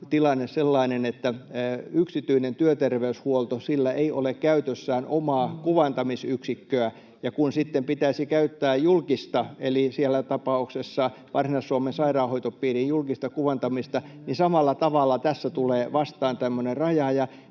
oli, sellainen, että yksityisellä työterveyshuollolla ei ole käytössään omaa kuvantamisyksikköä. Ja kun sitten pitäisi käyttää julkista, eli tässä tapauksessa Varsinais-Suomen sairaanhoitopiirin julkista kuvantamista, niin samalla tavalla tässä tulee vastaan tämmöinen raja.